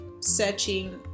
searching